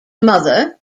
mother